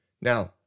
Now